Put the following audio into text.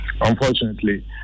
unfortunately